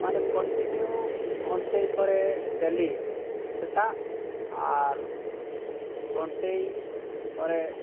ᱢᱟᱱᱮ ᱠᱚᱱᱴᱤᱱᱤᱭᱩ ᱜᱷᱚᱱᱴᱮᱭ ᱯᱚᱨᱮ ᱰᱮᱞᱤ ᱥᱮᱛᱟᱜ ᱟᱨ ᱜᱷᱚᱱᱴᱮ ᱯᱚᱨᱮ